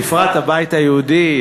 בפרט הבית היהודי,